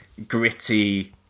Gritty